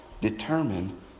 determine